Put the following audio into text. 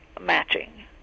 matching